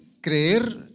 creer